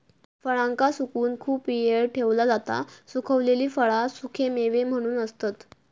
फळांका सुकवून खूप वेळ ठेवला जाता सुखवलेली फळा सुखेमेवे म्हणून असतत